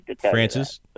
Francis